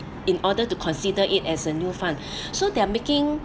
in order to consider it as a new fund so they're making